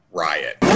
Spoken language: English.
riot